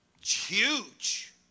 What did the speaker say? huge